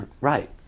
right